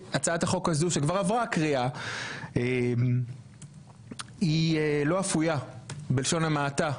הצעת החוק הזו שכבר עברה קריאה היא לא אפויה בלשון המעטה,